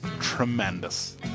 tremendous